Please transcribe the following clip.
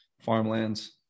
farmlands